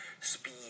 speed